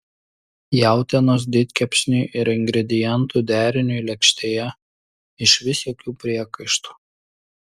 jautienos didkepsniui ir ingredientų deriniui lėkštėje išvis jokių priekaištų